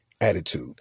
Attitude